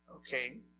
Okay